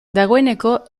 dagoeneko